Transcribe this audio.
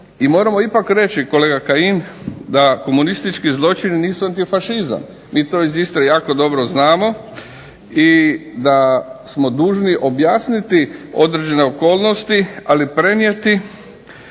i moramo ipak reći, kolega Kajin, da komunistički zločini nisu antifašizam. Mi to iz Istre jako dobro znamo i da smo dužni objasniti određene okolnosti, ali prenijeti